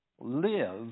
live